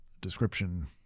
description